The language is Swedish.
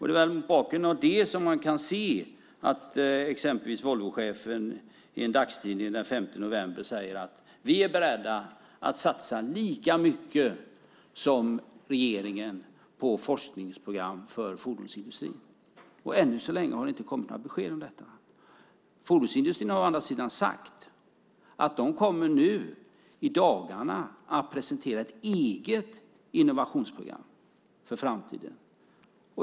Det är mot den bakgrunden som man kan se vad exempelvis Volvochefen i en dagstidning den 5 november sagt: Vi är beredda att satsa lika mycket som regeringen på forskningsprogram för fordonsindustrin. Än så länge har det inte kommit några besked om detta. Å andra sidan har det från fordonsindustrin sagts att de i dagarna kommer att presentera ett eget innovationsprogram för framtiden.